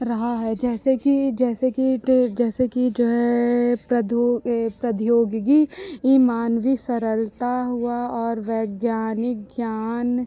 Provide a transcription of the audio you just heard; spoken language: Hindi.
रहा है जैसे कि जैसे कि जैसे कि जो है प्रौद्योगिकी मानवी सरलता हुआ और वैज्ञानिक ज्ञान